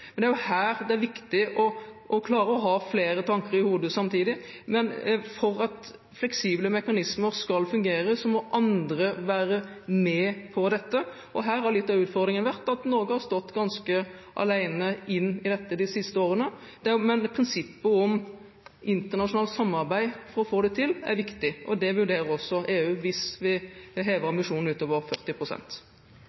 men her er det viktig å klare å ha flere tanker i hodet samtidig. For at fleksible mekanismer skal fungere, må andre være med på dette. Her har litt av utfordringen vært at Norge har stått ganske alene de siste årene. Men prinsippet om internasjonalt samarbeid for å få det til er viktig. Det vurderer også EU hvis vi hever ambisjonen utover